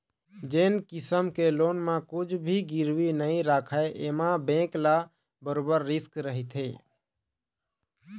जेन किसम के लोन म कुछ भी गिरवी नइ राखय एमा बेंक ल बरोबर रिस्क रहिथे